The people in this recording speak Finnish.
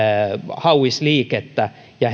hauisliikettä ja